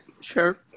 sure